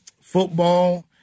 football